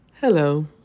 Hello